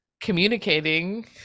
communicating